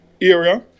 area